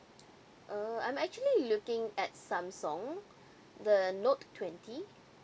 uh I'm actually looking at Samsung the note twenty